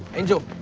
angel,